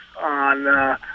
on